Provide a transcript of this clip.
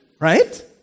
Right